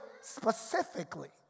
specifically